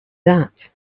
that